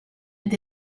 est